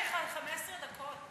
לך 15 דקות.